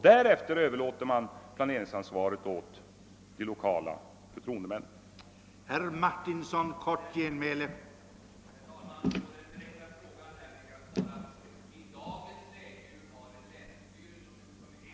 Därefter överlåts planeringsansvaret på de lokala förtroendemännen.